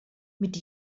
mit